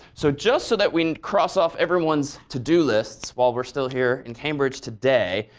so just so that we cross off everyone's to do lists while we're still here in cambridge today,